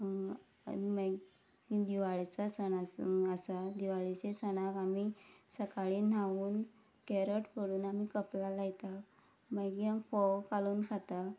आनी मागीर दिवाळेचो सण आसा दिवाळेच्या सणाक आमी सकाळी न्हांवून कारीट आमी कपला लायता मागीर आमी फोव कालोवन खाता